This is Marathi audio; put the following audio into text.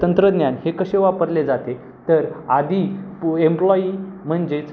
तंत्रज्ञान हे कसे वापरले जाते तर आधी पो एम्प्लॉई म्हणजेच